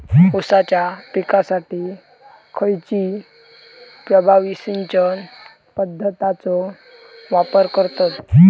ऊसाच्या पिकासाठी खैयची प्रभावी सिंचन पद्धताचो वापर करतत?